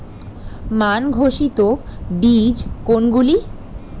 মান ঘোষিত বীজ কোনগুলি?